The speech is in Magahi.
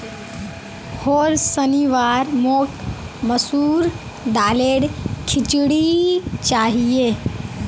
होर शनिवार मोक मसूर दालेर खिचड़ी चाहिए